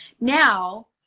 Now